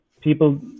people